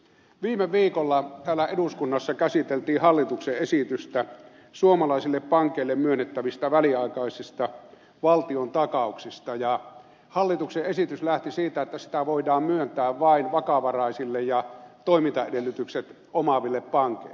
viime viikolla täällä eduskunnassa käsiteltiin hallituksen esitystä suomalaisille pankeille myönnettävistä väliaikaisista valtiontakauksista ja hallituksen esitys lähti siitä että sitä voidaan myöntää vain vakavaraisille ja toimintaedellytykset omaaville pankeille